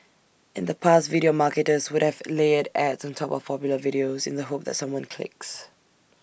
in the past video marketers would have layered ads on top of popular videos in the hope that someone clicks